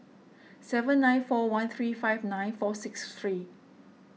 seven nine four one three five nine four six three